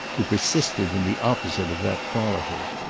who persisted in the opposite of that quality.